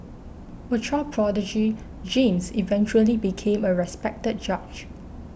a child prodigy James eventually became a respected judge